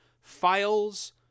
files